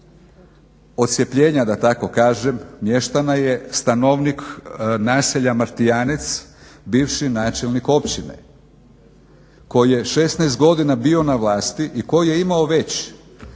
odcjepljenja da tako kažem mještana je stanovnik naselja Martijanec bivši načelnik općine koji je 16 godina bio na vlasti i koji je imao već